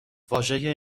واژه